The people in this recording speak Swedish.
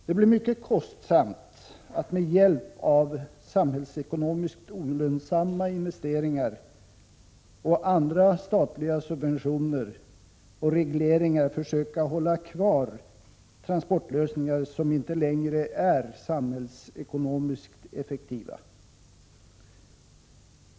Det blir mycket kostsamt att med hjälp av samhällsekonomiskt olönsamma investeringar och andra statliga subventioner och regleringar försöka hålla kvar transportlösningar som inte längre är samhällsekonomiskt effektiva.